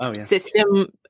system